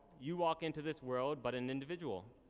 you walk into this world, but an individual.